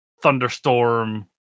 thunderstorm